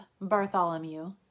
Bartholomew